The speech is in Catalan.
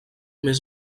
més